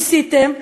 ניסיתם,